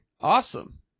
Awesome